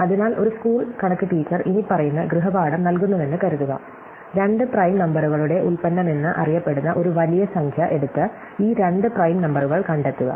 അതിനാൽ ഒരു സ്കൂൾ കണക്ക് ടീച്ചർ ഇനിപ്പറയുന്ന ഗൃഹപാഠം നൽകുന്നുവെന്ന് കരുതുക രണ്ട് പ്രൈം നമ്പറുകളുടെ ഉൽപ്പന്നമെന്ന് അറിയപ്പെടുന്ന ഒരു വലിയ സംഖ്യ എടുത്ത് ഈ രണ്ട് പ്രൈം നമ്പറുകൾ കണ്ടെത്തുക